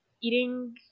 eating